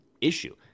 issue –